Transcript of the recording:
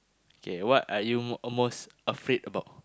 okay what are you mo~ most afraid about